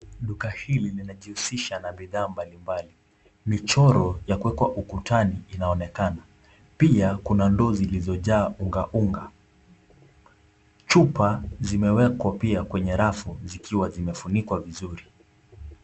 Duka hili linajihusisha na bidhaa mbali mbali. michoro ya kuekwa ukutani inaonekana, pia kuna ndoo zilizojaa unga unga. Chupa zimewekwa pia kwenye rafu zikiwa zimefunikwa vizuri.